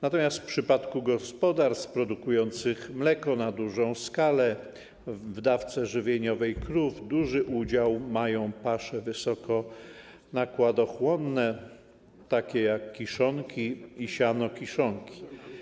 Natomiast w przypadku gospodarstw produkujących mleko na dużą skalę w dawce żywieniowej krów duży udział mają pasze wysoko nakładochłonne, takie jak kiszonki, sianokiszonki.